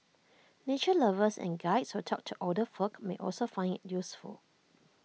nature lovers and Guides who talk to older folk may also find IT useful